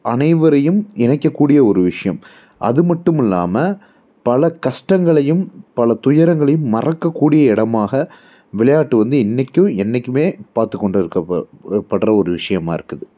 அனைவரையும் இணைக்க கூடிய ஒரு விஷயம் அது மட்டும் இல்லாமல் பல கஷ்டங்களையும் பல துயரங்களையும் மறக்கக்கூடிய இடமாக விளையாட்டு வந்து இன்றைக்கும் என்றைக்குமே பார்த்துக்கொண்டு இருக்கப் போகிற ஒரு படுற ஒரு விஷயமாக இருக்குது